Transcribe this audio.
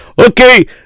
Okay